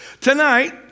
Tonight